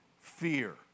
fear